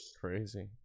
Crazy